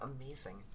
Amazing